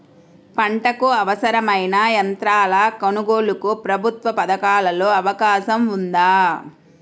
పంటకు అవసరమైన యంత్రాల కొనగోలుకు ప్రభుత్వ పథకాలలో అవకాశం ఉందా?